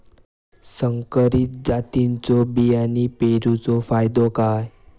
संकरित जातींच्यो बियाणी पेरूचो फायदो काय?